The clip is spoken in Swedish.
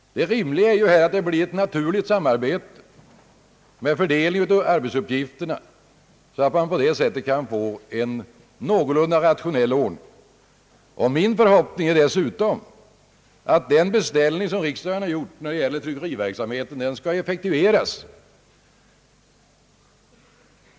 Det rimliga är i stället att det blir ett naturligt samarbete med fördelning av arbetsuppgifterna, så att man på det sättet kan få en någorlunda rationell ordning. Min förhoppning är dessutom att den beställning som riksdagen gjort när det gäller tryckeriverksamheten skall effektiviseras.